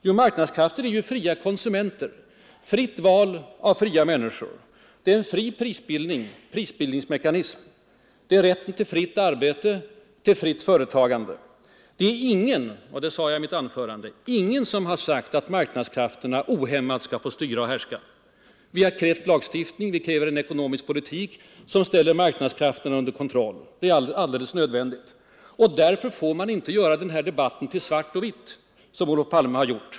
Jo, det är fria konsumenter, fritt val av fria människor, en fri prisbildningsmekanism, rätten till fritt arbete och fritt företagande. Ingen har sagt — det påpekade jag i mitt huvudanförande — att marknadskrafterna ohämmat skall få styra och härska. Vi har krävt lagstiftning, och vi kräver en ekonomisk politik som ställer marknadskrafterna under kontroll. Det är alldeles nödvändigt. Därför får man inte göra denna debatt till svart och vitt som Olof Palme har gjort.